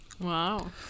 Wow